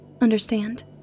Understand